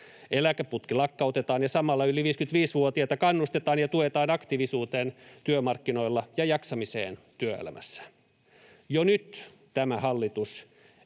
Eläkeputki lakkautetaan ja samalla yli 55-vuotiaita kannustetaan ja tuetaan aktiivisuuteen työmarkkinoilla ja jaksamiseen työelämässä. Jo nyt tämä hallitus —